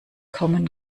kommen